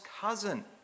cousin